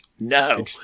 No